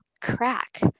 crack